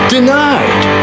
Denied